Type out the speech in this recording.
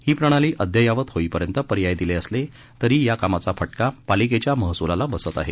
ही प्रणाली अध्ययावत होईपर्यंत पर्याय दिले असले तरी या कामाचा फटका पालिकेच्या महसूलाला बसत आहे